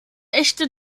echte